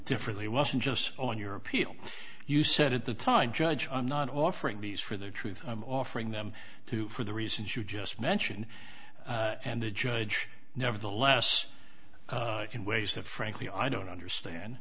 differently wasn't just on your appeal you said at the time judge i'm not offering these for the truth i'm offering them to for the reasons you just mentioned and the judge never the less in ways that frankly i don't understand